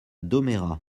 domérat